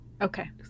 Okay